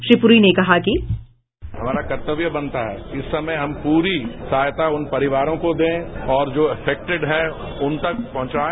श्री पुरी ने कहा कि बाईट हमारा कर्तव्य बनता है इस समय हम पूरी सहायता उन परिवारों को दें और जो अफेक्टिड है उन तक पहुंचाए